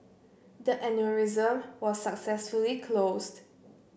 the aneurysm was successfully closed